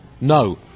no